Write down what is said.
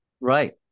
Right